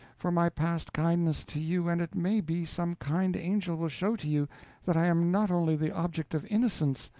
for my past kindness to you, and it may be some kind angel will show to you that i am not only the object of innocence,